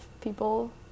people